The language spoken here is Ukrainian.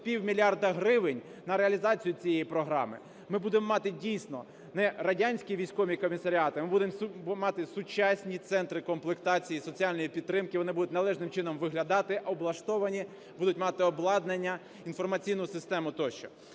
півмільярда гривень на реалізацію цієї програми. Ми будемо мати, дійсно, не радянські військові комісаріати, ми будемо мати сучасні центри комплектації і соціальної підтримки. Вони будуть належним чином виглядати, облаштовані, будуть мати обладнання, інформаційну систему тощо.